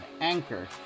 Anchor